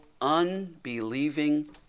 unbelieving